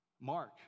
Mark